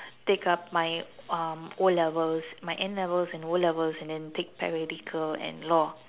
take up my um O-levels my N-levels and O-levels and then take paralegal and law